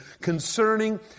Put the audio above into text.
concerning